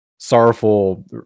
sorrowful